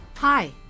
Hi